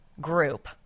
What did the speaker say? group